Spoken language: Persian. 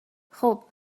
خوب